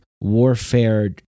warfare